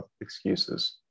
excuses